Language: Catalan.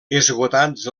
esgotats